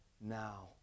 now